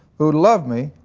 who loved me,